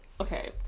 okay